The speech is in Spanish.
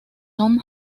tom